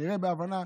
נראה בהבנה,